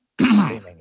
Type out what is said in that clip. Screaming